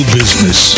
business